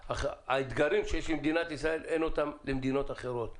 האתגרים שיש למדינת ישראל אין אותם למדינות אחרות.